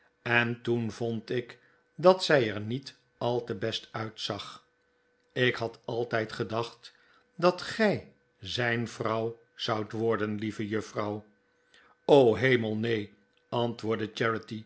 en toen vond ik dat zij er niet al te best uitzag ik had altijd gedacht dat gij zijn vrouw zoudt worden lieve juffrouw hemel neen antwoordde